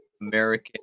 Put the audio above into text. American